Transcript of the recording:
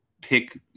pick